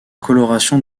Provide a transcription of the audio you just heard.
coloration